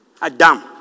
Adam